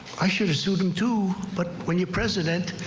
i should sue them too, but when you're president.